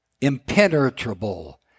impenetrable